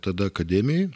tada akademijoj